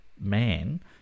man